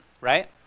right